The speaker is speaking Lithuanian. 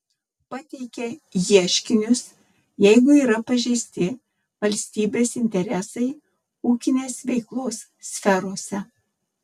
pateikia ieškinius jeigu yra pažeisti valstybės interesai ūkinės veiklos sferose